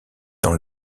dans